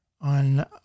On